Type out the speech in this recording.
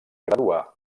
graduà